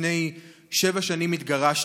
ולפני שבע שנים התגרשתי.